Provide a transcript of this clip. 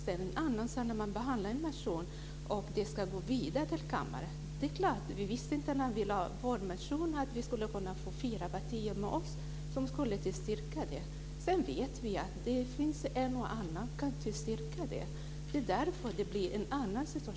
Det är en annan sak att behandla en motion och att ärendet ska gå vidare till kammaren. Vi visste inte när vi väckte vår motion att vi skulle få fyra partier med oss som skulle tillstyrka den. Vi vet att det finns en och annan som kan tillstyrka den. Det är därför det blir en annan situation.